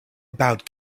about